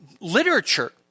literature